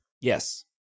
Yes